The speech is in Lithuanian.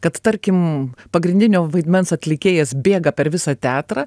kad tarkim pagrindinio vaidmens atlikėjas bėga per visą teatrą